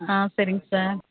ஆ சரிங் சார்